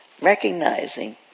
recognizing